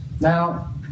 now